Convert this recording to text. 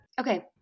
Okay